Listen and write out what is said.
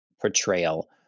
portrayal